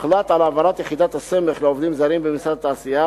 הוחלט על העברת יחידת הסמך לעובדים זרים במשרד התעשייה,